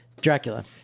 Dracula